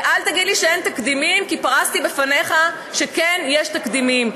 ואל תגיד לי שאין תקדימים כי פרסתי לפניך שכן יש תקדימים.